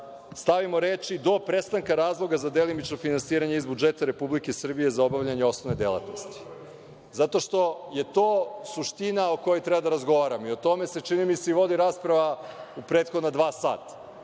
stavimo reči: „do prestanka razloga za delimično finansiranje iz budžeta Republike Srbije za obavljanje osnovne delatnosti“. Zato što je to suština o kojoj treba da razgovaramo. I o tome se, čini mi se, vodi rasprava u prethodna dva